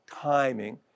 timing